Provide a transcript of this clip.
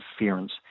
interference